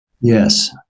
Yes